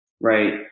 right